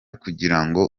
kugirango